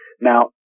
Now